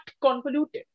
convoluted